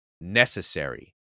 necessary